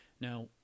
Now